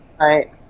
Right